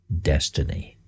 destiny